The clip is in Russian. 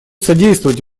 содействовать